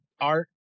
art